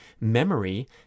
memory